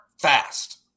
fast